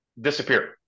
Disappear